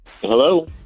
Hello